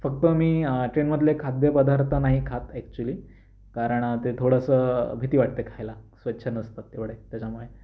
फक्त मी ट्रेनमधले खाद्यपदार्थ नाही खात एक्चुली कारण ते थोडंसं भीती वाटते खायला स्वच्छ नसतात तेवढे त्याच्यामुळे